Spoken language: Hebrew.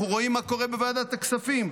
אנחנו רואים מה קורה בוועדת הכספים,